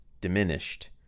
diminished